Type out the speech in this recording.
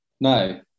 no